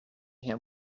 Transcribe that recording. him